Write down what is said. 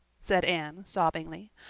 said anne, sobbingly.